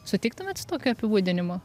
sutiktumėt su tokiu apibūdinimu